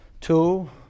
Two